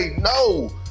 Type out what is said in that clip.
no